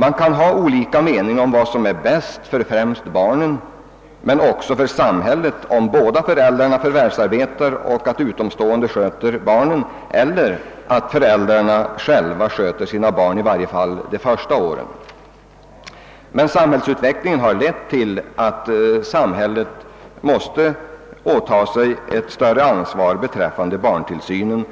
Man kan ha olika mening om vad som är bäst för främst barnen men också för samhället, om båda föräldrarna förvärvsarbetar och utomstående sköter barnen eller föräldrarna själva sköter sina barn, i varje fall under de första åren. Men utveckligen har lett till att samhället måste åta sig ett större ansvar beträffande barntillsynen.